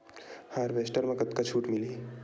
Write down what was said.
Harvester म कतका छूट मिलही?